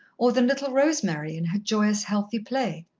or than little rosemary in her joyous, healthy play.